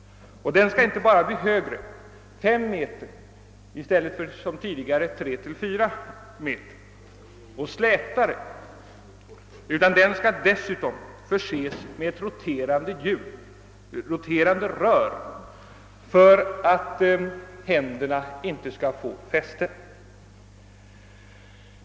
Den skall inte bara bli högre — fem meter mot tidigare tre—fyra meter — och slätare, utan den skall dessutom förses med ett roterande rör för att händerna inte skall få fäste.